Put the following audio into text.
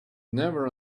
never